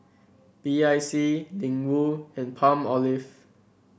B I C Ling Wu and Palmolive